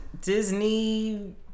Disney